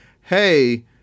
hey